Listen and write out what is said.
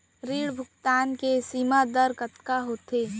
ऋण भुगतान के सीमा दर कतका होथे?